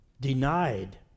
Denied